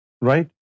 Right